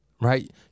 right